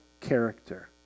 character